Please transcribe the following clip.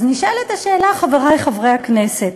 אז נשאלת השאלה, חברי חברי הכנסת,